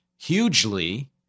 Hugely